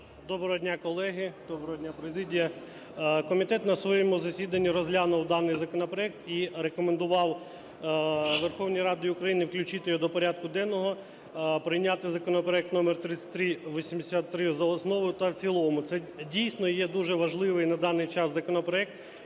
Доброго дня колеги! Доброго дня, президія! Комітет на своєму засіданні розглянув даний законопроект і рекомендував Верховній Раді України включити його до порядку денного, прийняти законопроект номер 3383 за основу та в цілому. Це, дійсно, є дуже важливий на даний час законопроект.